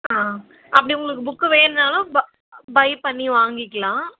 ஆ அப்படி உங்களுக்கு புக்கு வேணுன்னாலும் பை பை பண்ணி வாங்கிக்கலாம்